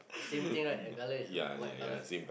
same thing right the colour is white colour